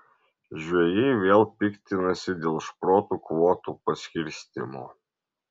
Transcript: žvejai vėl piktinasi dėl šprotų kvotų paskirstymo